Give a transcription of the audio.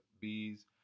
bees